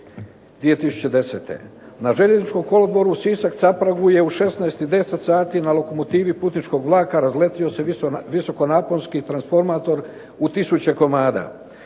2010. "Na željezničkom kolodvoru Sisak-Capragu je u 16.10 sati na lokomotivi putničkog vlada razletio se visokonaponski transformator u tisuće komada.